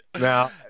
Now